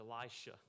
Elisha